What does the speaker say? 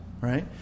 right